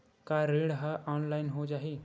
का ऋण ह ऑनलाइन हो जाही?